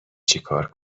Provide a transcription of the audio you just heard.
چیکار